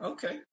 Okay